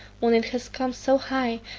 when it has come so high,